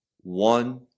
one